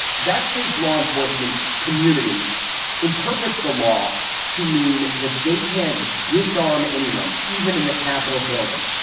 that state's law enforcement community interprets the law to mean that they can't disarm anyone, even in the capitol building.